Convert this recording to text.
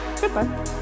goodbye